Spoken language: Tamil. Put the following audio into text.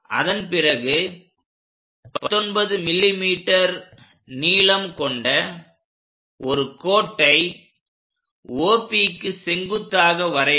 அதன்பிறகு 19 mm நீளம் கொண்ட ஒரு கோட்டை OP க்கு செங்குத்தாக வரையவும்